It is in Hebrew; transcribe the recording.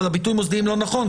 אבל הביטוי מוסדיים לא נכון,